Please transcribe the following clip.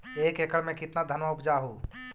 एक एकड़ मे कितना धनमा उपजा हू?